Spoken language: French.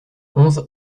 onze